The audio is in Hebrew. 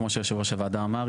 כמו שיושב ראש הוועדה אמר,